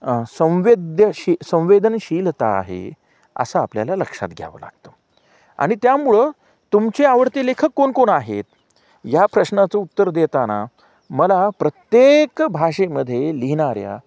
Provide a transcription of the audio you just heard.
संवेद्यशी संवेदनशीलता आहे असं आपल्याला लक्षात घ्यावं लागतं आणि त्यामुळं तुमचे आवडते लेखक कोणकोण आहेत या प्रश्नाचं उत्तर देताना मला प्रत्येक भाषेमध्ये लिहिनाऱ्या